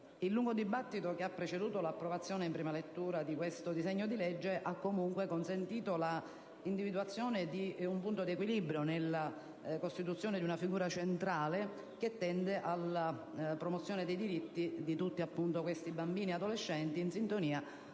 Il lungo dibattito che ha preceduto l'approvazione in prima lettura di questo disegno di legge ha comunque consentito l'individuazione di un punto di equilibrio nella costituzione di una figura centrale che tende alla promozione dei diritti di tutti i bambini e degli adolescenti, in sintonia con altre